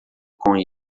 com